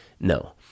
no